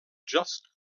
just